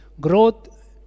growth